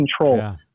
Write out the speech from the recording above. control